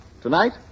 Tonight